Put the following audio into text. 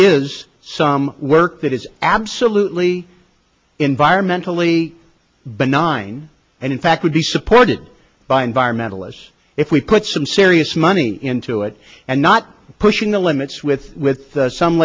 is some work that is absolutely environmentally benign and in fact would be supported by environmentalists if we put some serious money into it and not pushing the limits with with some